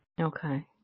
Okay